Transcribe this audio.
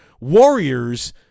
Warriors